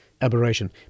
aberration